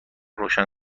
روشن